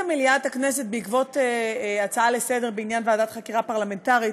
בעקבות הצעה לסדר-היום בעניין ועדת חקירה פרלמנטרית